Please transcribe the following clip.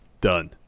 done